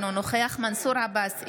אינו נוכח מנסור עבאס,